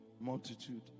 multitude